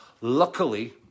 Luckily